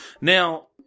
now